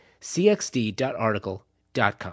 cxd.article.com